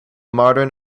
modern